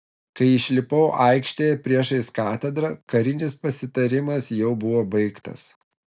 kai išlipau aikštėje priešais katedrą karinis pasitarimas jau buvo baigtas